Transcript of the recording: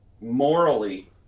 morally